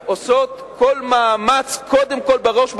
ועושות כל מאמץ, קודם כול, בראש ובראשונה,